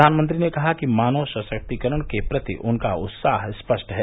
प्रधानमंत्री ने कहा कि मानव सशक्तिकरण के प्रति उनका उत्साह स्पष्ट है